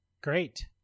Great